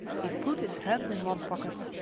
he put his hand in one pocket.